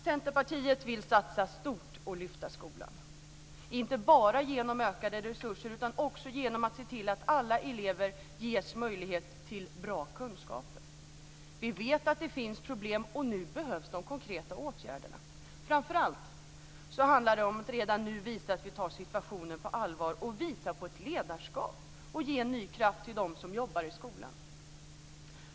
Centerpartiet vill satsa stort och lyfta fram skolan, inte bara genom ökade resurser utan också genom att se till att alla elever ges möjlighet till goda kunskaper. Vi vet att det finns problem, och nu behövs de konkreta åtgärderna. Men framför allt handlar det om att redan nu visa att vi tar situationen på allvar och att vi visar på ett ledarskap och ger ny kraft till dem som jobbar i skolan.